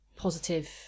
positive